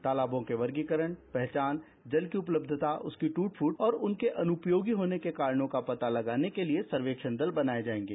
तालाबों के वर्गीकरण पहचान जल की उपलब्धता उसकी ट्रट फूट और उनके अनुपयोगी होने के कारणों का पता लगाने के लिए सर्वेक्षण दल बनाए जाएंगे